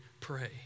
pray